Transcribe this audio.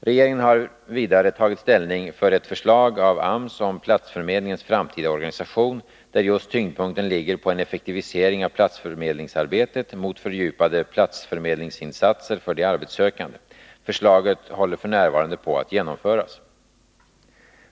Regeringen har vidare tagit ställning för ett förslag av AMS om platsförmedlingens framtida organisation, där just tyngdpunkten ligger på en effektivisering av platsförmedlingsarbetet mot fördjupade platsförmedlingsinsatser för de arbetssökande. Förslaget håller f. n. på att genomföras.